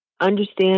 understand